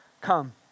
come